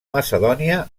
macedònia